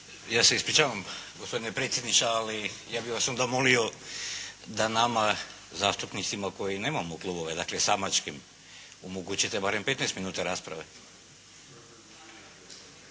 Ja se ispričavam gospodine predsjedniče, ali ja bih vas onda molio da nama zastupnicima koji nemamo klubove, dakle samačkim omogućite barem 15 minuta rasprave.